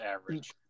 average